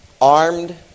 Armed